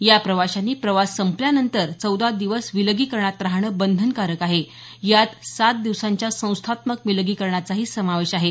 या प्रवाशांनी प्रवास संपल्यानंतर चौदा दिवस विलगीकरणात रहाणं बंधनकारक आहे यात सात दिवसांच्या संस्थात्मक विलगीकरनाचा समावेश आहे